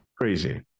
Crazy